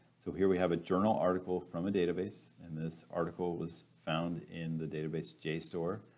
so here we have a journal article from a database and this article was found in the database jstor.